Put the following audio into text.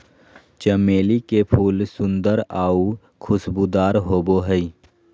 चमेली के फूल सुंदर आऊ खुशबूदार होबो हइ